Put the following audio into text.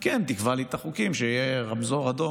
היא כן תקבע לי את החוקים: כשיהיה רמזור אדום,